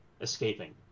escaping